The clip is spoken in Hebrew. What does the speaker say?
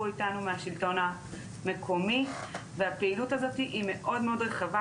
איתנו מהשלטון המקומי והפעילות הזאתי היא מאוד מאוד רחבה,